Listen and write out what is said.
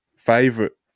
Favorite